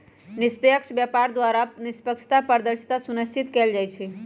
निष्पक्ष व्यापार द्वारा निष्पक्षता, पारदर्शिता सुनिश्चित कएल जाइ छइ